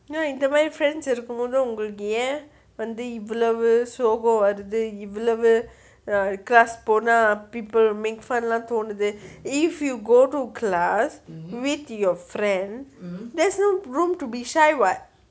ya இந்த மாதிரி:intha matiri friends இருக்கும் போது ஏன் வந்து இவ்வளவு சோகம் வருது இவ்வளவு:orrukum mothu en vantu ivvalavu sogem varutu ivvalavu class போனா:ponaa people make fun lah தோணுது:tonatuu if you go to class with your friend there's no room to be shy [what]